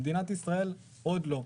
במדינת ישראל עוד לא.